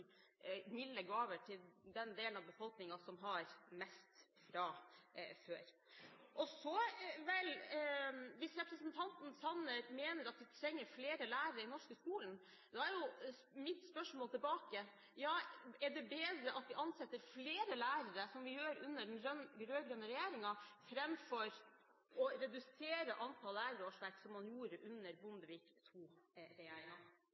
milde gaver til den delen av befolkningen som har mest fra før. Hvis representanten Sanner mener at vi trenger flere lærere i den norske skolen, blir mitt spørsmål tilbake: Er det bedre at vi ansetter flere lærere – som vi gjør under den rød-grønne regjeringen – framfor å redusere antallet lærerårsverk, som man gjorde under